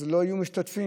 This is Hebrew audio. אז לא יהיו משתתפים.